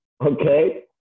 Okay